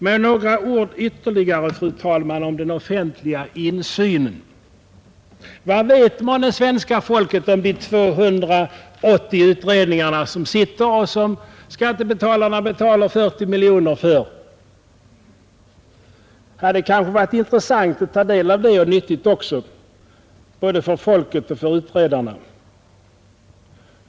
Men några ord ytterligare, fru talman, om den offentliga insynen. Vad vet månne svenska folket om de 280 utredningar som sitter och som skattebetalarna betalar 40 miljoner kronor för? Det hade kanske varit intressant att få insyn i och nyttigt också, både för folket och för utredarna.